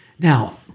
Now